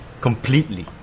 Completely